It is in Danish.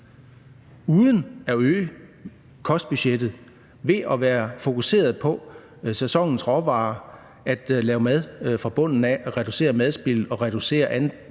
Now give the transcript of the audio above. uden at øge kostbudgettet ved at være fokuseret på sæsonens råvarer, lave mad fra bunden af, reducere madspildet og reducere andelen